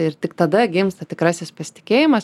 ir tik tada gimsta tikrasis pasitikėjimas